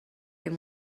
این